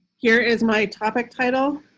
here is my topic title.